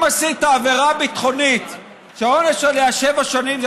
אם עשית עבירה ביטחונית שהעונש עליה שבע שנים,